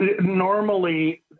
normally